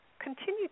continue